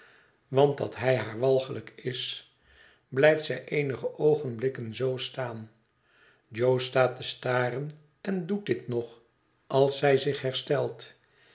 want dat hij haar walgelijk is blijft zij eenige oogenblikken zoo staan jo staat te staren en doet dit nog als zij zich herstelt